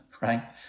right